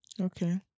Okay